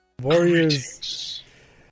Warrior's